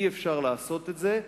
אי-אפשר לעשות את זה.